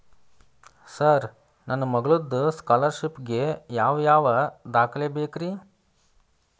Sir ನನ್ನ ಮಗ್ಳದ scholarship ಗೇ ಯಾವ್ ಯಾವ ದಾಖಲೆ ಬೇಕ್ರಿ?